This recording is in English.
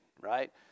right